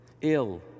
ill